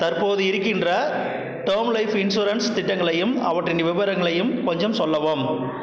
தற்போது இருக்கின்ற term life insurance திட்டங்களையும் அவற்றின் விவரங்களையும் கொஞ்சம் சொல்லவும்